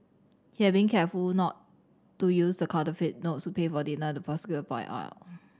he had been careful not to use the counterfeit notes to pay for dinner the prosecutor out